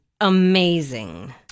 amazing